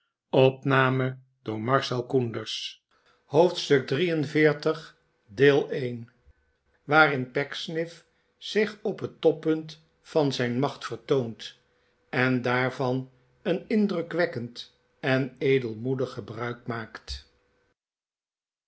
hoofdstuk xliii waarin pecksniff zich op het toppunt van zijn macht vertoont en daarvan een indrukwekkend en edelmoedig gebruik maakt